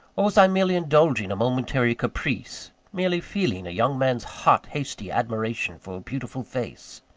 or, was i merely indulging a momentary caprice merely feeling a young man's hot, hasty admiration for a beautiful face?